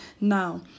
Now